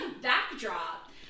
backdrop